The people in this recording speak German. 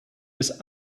ist